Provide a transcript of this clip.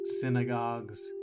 synagogues